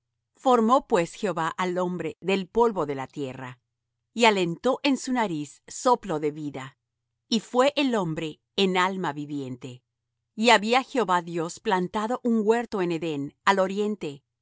formó pues jehová dios al hombre del polvo de la tierra y alentó en su nariz soplo de vida y fué el hombre en alma viviente y había jehová dios plantado un huerto en edén al oriente